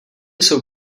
jsou